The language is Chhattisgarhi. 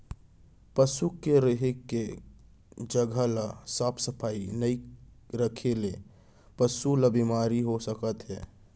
पसू के रेहे के जघा ल साफ सफई नइ रखे ले पसु ल बेमारी हो सकत हे